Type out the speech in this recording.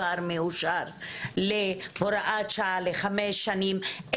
שכבר מאושר למרכזים האלה בהוראת שעה לחמש שנים.